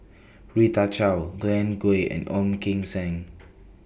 Rita Chao Glen Goei and Ong Kim Seng